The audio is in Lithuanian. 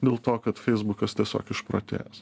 dėl to kad feisbukas tiesiog išprotėjęs